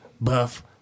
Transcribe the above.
Buff